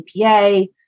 EPA